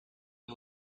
and